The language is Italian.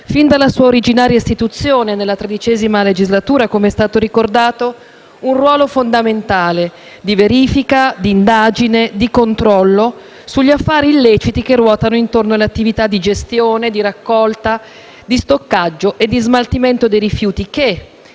fin dalla sua originaria istituzione nella XIII legislatura - come è stato ricordato - un ruolo fondamentale di verifica, di indagine e di controllo sugli affari illeciti che ruotano intorno alle attività di gestione, di raccolta, di stoccaggio e di smaltimento dei rifiuti che,